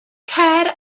cer